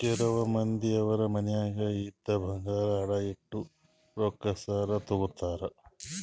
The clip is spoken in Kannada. ಕೆಲವ್ ಮಂದಿ ಅವ್ರ್ ಮನ್ಯಾಗ್ ಇದ್ದಿದ್ ಬಂಗಾರ್ ಅಡ ಇಟ್ಟು ರೊಕ್ಕಾ ಸಾಲ ತಗೋತಾರ್